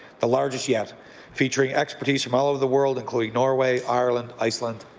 the largest yet featuring expertise from all over the world including norway, ireland, iceland